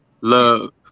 Love